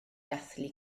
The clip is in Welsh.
dathlu